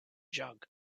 jug